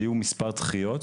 היו מספר דחיות,